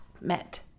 met